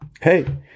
hey